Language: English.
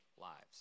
lives